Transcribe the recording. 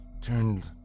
turned